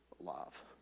love